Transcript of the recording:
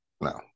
No